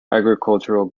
agricultural